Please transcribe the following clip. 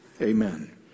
Amen